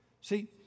See